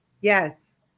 Yes